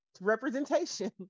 representation